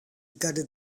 gutted